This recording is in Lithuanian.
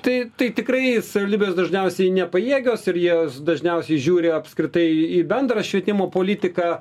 tai tai tikrai savivaldybės dažniausiai nepajėgios ir jos dažniausiai žiūri apskritai į bendrą švietimo politiką